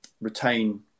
retain